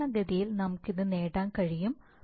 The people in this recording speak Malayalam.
സാധാരണഗതിയിൽ നമുക്ക് ഇത് നേടാൻ കഴിയും